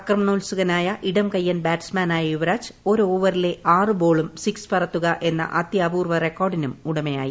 അക്രമണോത്സുക നായ ഇടംകയ്യൻ ബാറ്റ്സ്മാനായ്ക്ക്യുവ്രാജ് ഒരു ഓവറിലെ ആറ് ബോളും സിക്സ് പറത്തുക എന്നീ മുഅത്യ അപൂർവ്വ റെക്കോർഡിനും ഉടമയായി